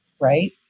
right